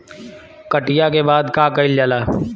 कटिया के बाद का कइल जाला?